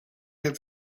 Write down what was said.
had